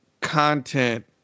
content